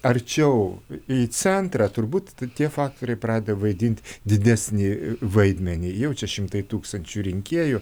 arčiau į centrą turbūt tie faktoriai pradeda vaidinti didesnį vaidmenį jau čia šimtai tūkstančių rinkėjų